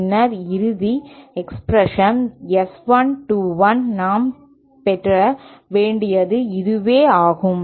பின்னர் இறுதி expression S 2 1 நாம் பெற வேண்டியது இதுவே ஆகும்